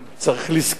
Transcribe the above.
צריך לזכור